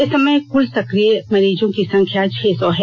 इस समय कल सक्रिय मरीजों की संख्या छह सौ है